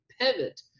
pivot